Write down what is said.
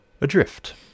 adrift